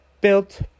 built